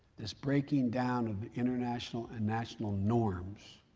this breaking down of international and national norms